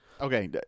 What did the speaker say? Okay